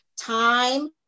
time